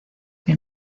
que